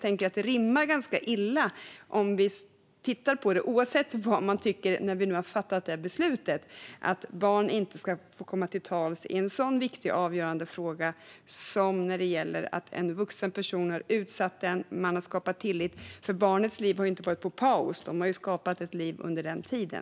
Oavsett vad man tycker nu när beslutet har fattats rimmar det ganska illa att barn inte skulle få komma till tals i en så viktig och avgörande fråga som att en vuxen person har utsatt en och skapat tillit. Barnens liv har ju inte satts på paus, utan de har skapat ett liv under tiden.